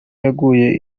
yaguye